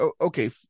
okay